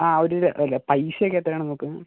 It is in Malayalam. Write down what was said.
ആ ഒരു അല്ല പൈസ ഒക്കെ എത്ര ആണ് നോക്ക്